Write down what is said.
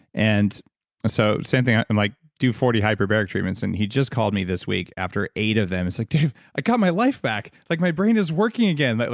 and so same thing, i'm like, do forty hyperbaric treatments. and he just called me this week after eight of them. he's like, dave, i got my life back. like my brain is working again. like